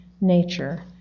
nature